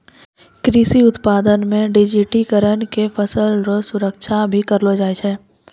कृषि उत्पादन मे डिजिटिकरण से फसल रो सुरक्षा भी करलो जाय छै